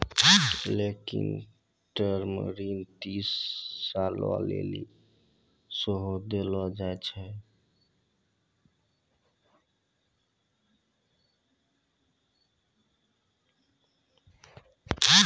लेनिक टर्म ऋण तीस सालो लेली सेहो देलो जाय छै